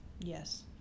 yes